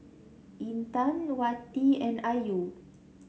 Intan Wati and Ayu